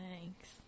thanks